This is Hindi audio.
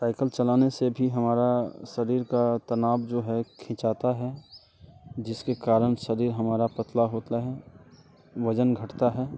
साइकिल चलाने से भी हमारे शरीर का तनाव जो है वो खींचता है जिसके कारण से शरीर हमारा पतला होता है वजन घटता है